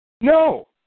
No